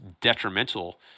detrimental